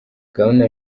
gahunda